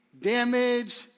damage